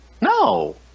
No